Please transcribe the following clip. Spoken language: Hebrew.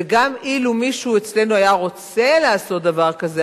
וגם אילו מישהו אצלנו היה רוצה לעשות דבר כזה,